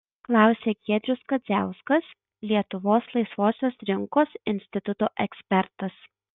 klausia giedrius kadziauskas lietuvos laisvosios rinkos instituto ekspertas